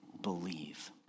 believe